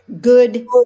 good –